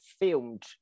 filmed